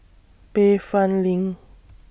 Bayfront LINK